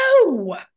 No